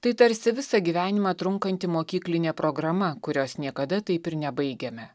tai tarsi visą gyvenimą trunkanti mokyklinė programa kurios niekada taip ir nebaigiame